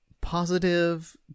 positive